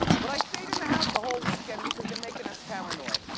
but i stayed in the house the whole weekend because they're making us paranoid.